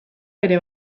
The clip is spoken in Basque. bere